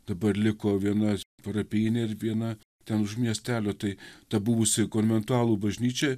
dabar liko viena parapijinė ir viena ten už miestelio tai ta buvusi konventualų bažnyčia